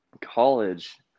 college